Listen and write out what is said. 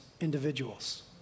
individuals